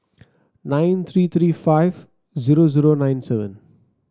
nine three three five zero zero nine seven